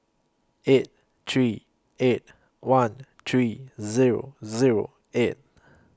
eight three eight one three Zero Zero eight